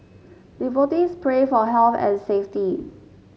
devotees pray for health and safety